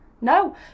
No